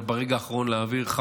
ברגע האחרון,